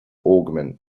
augment